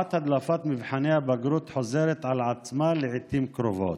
תופעת הדלפת מבחני הבגרות חוזרת על עצמה לעיתים קרובות.